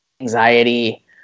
anxiety